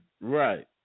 Right